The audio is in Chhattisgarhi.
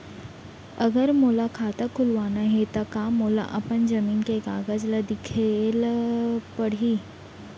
अगर मोला खाता खुलवाना हे त का मोला अपन जमीन के कागज ला दिखएल पढही?